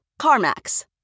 CarMax